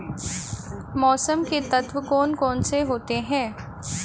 मौसम के तत्व कौन कौन से होते हैं?